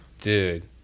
dude